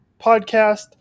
Podcast